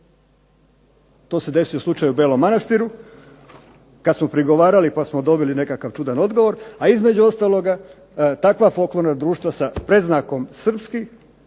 To se desio slučaj u Belom Manastiru kad smo prigovarali pa smo dobili nekakav čudan odgovor, a između ostaloga, takva folklorna društva sa predznakom srpskih